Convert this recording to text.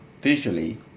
visually